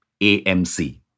AMC